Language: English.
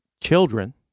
children